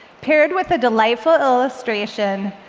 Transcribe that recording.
paired with a delightful illustration,